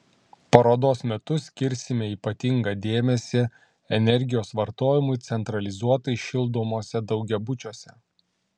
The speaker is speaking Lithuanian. parodos metu skirsime ypatingą dėmesį energijos vartojimui centralizuotai šildomuose daugiabučiuose